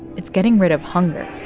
it's getting rid of hunger